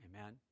Amen